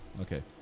Okay